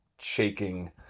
shaking